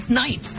night